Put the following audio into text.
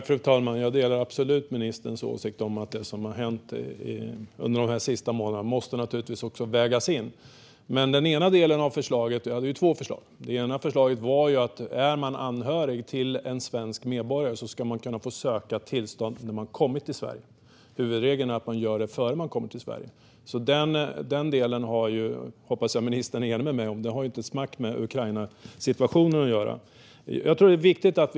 Fru talman! Jag delar absolut ministerns åsikt om att det som har hänt under de senaste månaderna naturligtvis måste vägas in. Men jag hade två förslag. Det ena förslaget var att om man är anhörig till en svensk medborgare ska man kunna få söka tillstånd när man kommit till Sverige. Huvudregeln är att man gör det innan man kommer till Sverige. Den delen har inte ett smack med Ukrainasituationen att göra. Det hoppas jag att ministern är enig med mig om.